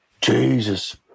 Jesus